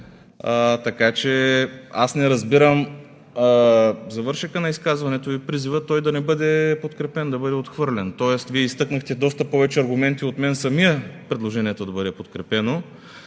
грешка. Аз не разбирам завършека на изказването Ви – призива той да не бъде подкрепен, да бъде отхвърлен. Тоест Вие изтъкнахте доста повече аргументи от мен самия предложението да бъде подкрепено.